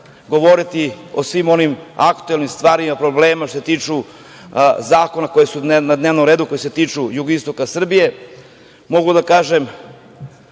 govoriti o svim onim aktuelnim stvarima i problemima koji se tiču zakona koji su na dnevnom redu, koji se tiču jugoistoka Srbije. Mogu da kažem